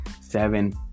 seven